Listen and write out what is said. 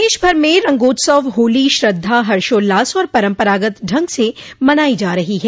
प्रदेशभर में रंगोत्सव होली श्रद्धा हर्षोल्लास और परम्परागत ढंग से मनायी जा रही है